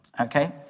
Okay